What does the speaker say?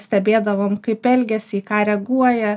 stebėdavom kaip elgiasi į ką reaguoja